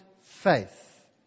faith